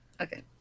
Okay